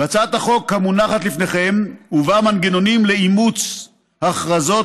בהצעת החוק המונחת לפניכם הובאו מנגנונים לאימוץ הכרזות